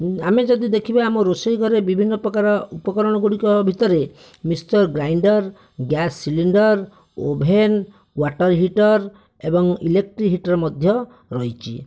ଆମେ ଯଦି ଦେଖିବା ଆମ ରୋଷେଇ ଘରେ ବିଭିନ୍ନ ପ୍ରକାର ଉପକରଣ ଗୁଡ଼ିକ ଭିତରେ mixture grinder gas cylinder oven water heater ଏବଂ ଇଲେକ୍ଟ୍ରି ହିଟର ମଧ୍ୟ ରହିଛି